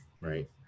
right